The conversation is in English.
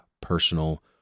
personal